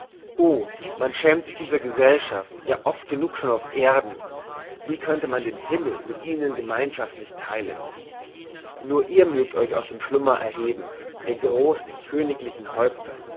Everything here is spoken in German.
o man schämt sich dieser gesellschaft ja oft genug schon auf erden wie könnte man den himmel mit ihnen gemeinschaftlich theilen nur ihr mögt euch aus dem schlummer erheben ihr großen königlichen häupter